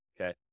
okay